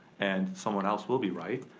and someone else will be right.